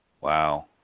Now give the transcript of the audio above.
Wow